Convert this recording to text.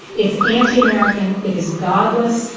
it's anti-american, it is godless,